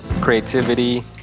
creativity